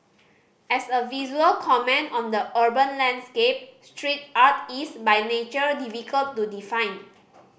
as a visual comment on the urban landscape street art is by nature difficult to define